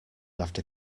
after